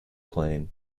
plain